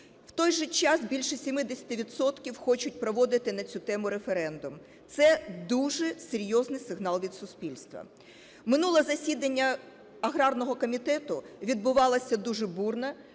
В той же час більше 70 відсотків хочуть проводити на цю тему референдум. Це дуже серйозний сигнал від суспільства. Минуле засідання аграрного комітету відбувалося дуже бурно.